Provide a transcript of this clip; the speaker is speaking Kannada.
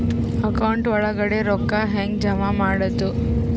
ಅಕೌಂಟ್ ಒಳಗಡೆ ರೊಕ್ಕ ಹೆಂಗ್ ಜಮಾ ಮಾಡುದು?